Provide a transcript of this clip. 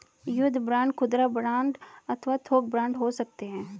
युद्ध बांड खुदरा बांड अथवा थोक बांड हो सकते हैं